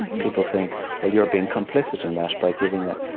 people think, well, you're being complicit in that by giving that.